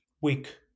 week